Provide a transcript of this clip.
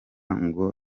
ngo